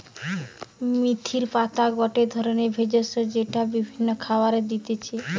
মেথির পাতা গটে ধরণের ভেষজ যেইটা বিভিন্ন খাবারে দিতেছি